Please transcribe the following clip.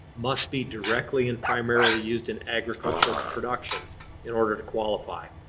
must be directly and primarily used in agricultural production in order to qualify.